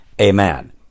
amen